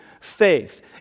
faith